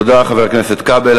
תודה, חבר הכנסת כבל.